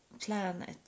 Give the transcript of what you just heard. planet